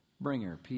bringer